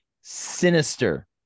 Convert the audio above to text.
sinister